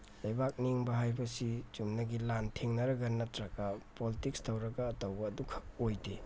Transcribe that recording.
ꯂꯩꯕꯥꯛꯅꯤꯡꯕ ꯍꯥꯏꯕꯁꯤ ꯆꯨꯝꯅꯒꯤ ꯂꯥꯟ ꯊꯦꯡꯅꯔꯒ ꯅꯠꯇ꯭ꯔꯒ ꯄꯣꯂꯤꯇꯤꯛꯁ ꯇꯧꯔꯒ ꯇꯧꯕ ꯑꯗꯨꯈꯛ ꯑꯣꯏꯗꯦ